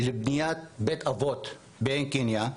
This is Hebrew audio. לבניית בית אבות בעין קנייא,